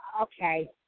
Okay